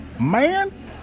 man